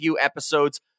episodes